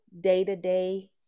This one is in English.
day-to-day